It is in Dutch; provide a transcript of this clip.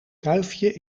kuifje